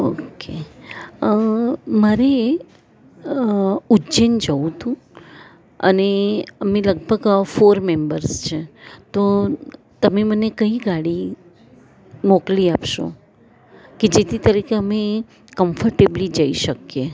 okay મારે ઉજ્જૈન જવું હતું અને અમે લગભગ ફોર મેમ્બર્સ છીએ તો તમે મને કઈ ગાડી મોકલી આપશો કે જેથી તરીકે અમે કમ્ફર્ટેબલી જઈ શકીએ